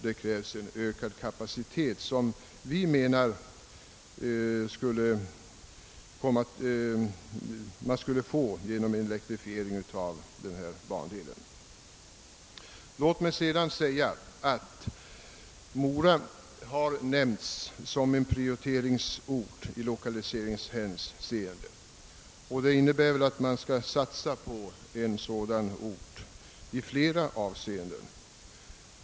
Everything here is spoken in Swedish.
Det krävs därför en ökad kapacitet, som enligt vår mening skulle komma till stånd genom en elektrifiering av denna bandel. Mora har nämnts som en Pprioriteringsort i lokaliseringshänseende. Det innebär att man skall satsa på en sådan ort i flera avseenden.